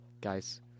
Guys